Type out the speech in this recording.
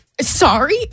sorry